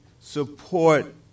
support